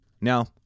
Now